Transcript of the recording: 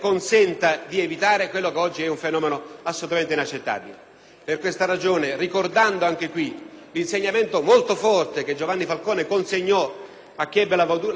Per queste ragioni, ricordando anche qui l'insegnamento molto forte che Giovanni Falcone consegnò a chi ebbe la ventura di conoscerlo e di stargli vicino, cioè che